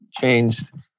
changed